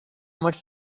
much